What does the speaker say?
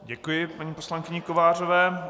Děkuji paní poslankyni Kovářové.